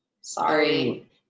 Sorry